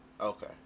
Okay